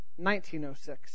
1906